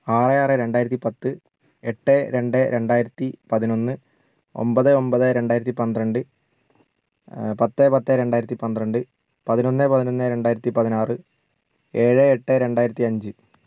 ആറ് ആറ് രണ്ടായിരത്തി പത്ത് എട്ട് രണ്ട് രണ്ടായിരത്തി പതിനൊന്ന് ഒൻപത് ഒൻപത് രണ്ടായിരത്തി പന്ത്രണ്ട് പത്ത് പത്ത് രണ്ടായിരത്തി പന്ത്രണ്ട് പതിനൊന്ന് പതിനൊന്ന് രണ്ടായിരത്തി പതിനാറ് ഏഴ് എട്ട് രണ്ടായിരത്തിയഞ്ച്